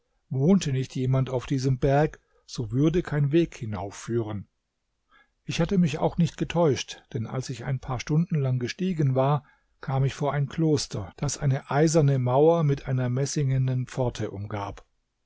wohnte nicht jemand auf diesem berg so würde kein weg hinauf führen ich hatte mich auch nicht getäuscht denn als ich ein paar stunden lang gestiegen war kam ich vor ein kloster das eine eiserne mauer mit einer messingenen pforte umgab